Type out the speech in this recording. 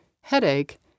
headache